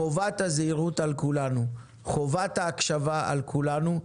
חובת הזהירות וההקשבה על כולנו,